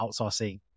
outsourcing